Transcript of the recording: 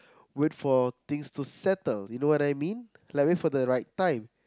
wait for things to settle you know what I mean like wait for the right time